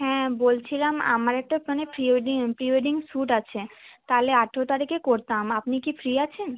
হ্যাঁ বলছিলাম আমার একটা মানে pre wedding pre wedding shoot আছে তাহলে আঠেরো তারিখে করতাম আপনি কি ফ্রি আছেন